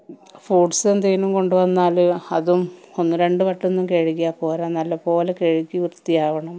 fruits എന്തെങ്കിലും കൊണ്ട് വന്നാൽ അതും ഒന്ന് രണ്ട് വട്ടമൊന്നും കഴുകിയാൽ പോരാ നല്ല പോലെ കഴ്കി വൃത്തിയാവണം